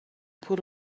put